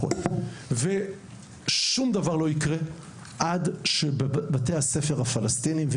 אך שום דבר לא יקרה עד שבבתי הספר הפלסטינים במזרח ירושלים,